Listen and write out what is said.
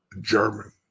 German